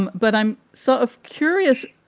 and but i'm sort of curious,